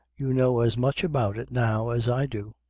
you know as much about it now as i do.